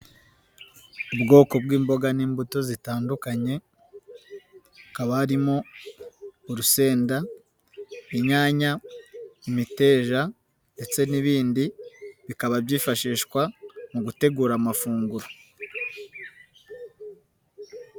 Ubwoko bw'imboga n'imbuto zitandukanye, hakaba harimo: urusenda, inyanya, imiteja ndetse n'ibindi, bikaba byifashishwa mu gutegura amafunguro.